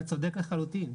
אתה צודק לחלוטין.